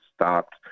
stopped